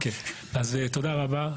תודה רבה.